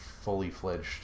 fully-fledged